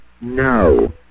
No